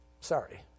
Sorry